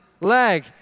leg